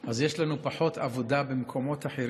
אז יש לנו פחות עבודה במקומות אחרים,